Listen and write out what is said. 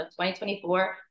2024